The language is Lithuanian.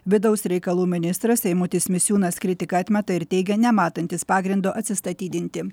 vidaus reikalų ministras eimutis misiūnas kritiką atmeta ir teigia nematantis pagrindo atsistatydinti